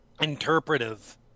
interpretive